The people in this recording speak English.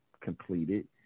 completed